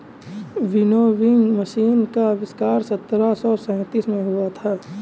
winnowing machine का आविष्कार सत्रह सौ सैंतीस में हुआ था